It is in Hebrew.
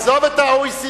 עזוב את ה-OECD.